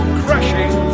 crashing